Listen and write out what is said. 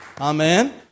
Amen